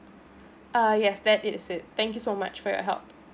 ah yes that is it thank you so much for your help